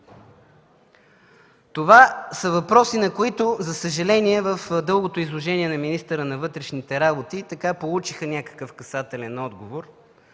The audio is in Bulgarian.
Това са въпроси, на които, за съжаление, в дългото изявление на министъра на вътрешните работи получиха някакъв касателен отговор,